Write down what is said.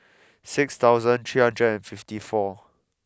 six thousand three hundred fifty four